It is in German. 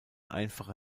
einfache